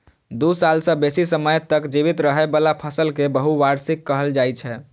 दू साल सं बेसी समय तक जीवित रहै बला फसल कें बहुवार्षिक कहल जाइ छै